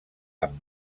amb